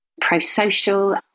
pro-social